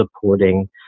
supporting